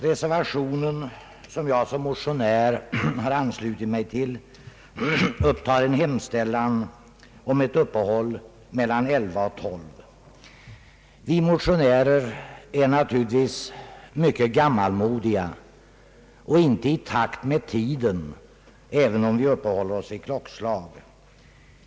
Reservationen, som jag som motionär anslutit mig till, upptar en hemställan om ett uppehåll mellan 11.00 och 12.00. Vi motionärer är naturligtvis mycket gammalmodiga och inte i takt med tiden, även om vi uppehåller oss vid klockslag.